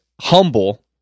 humble